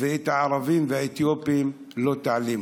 ואת הערבים והאתיופים לא תעלימו.